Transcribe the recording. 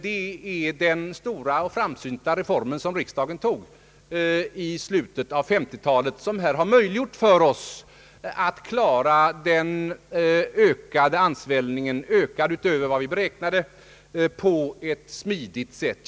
Det är den stora och framsynta reform som riksdagen beslutade i slutet av 1950-talet vilken möjliggjort för oss att på ett smidigt sätt klara den utöver våra beräkningar skedda ansvällningen av antalet studenter.